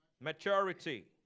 Maturity